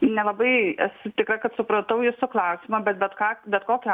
nelabai esu tikra kad supratau jūsų klausimą bet bet ką bet kokiu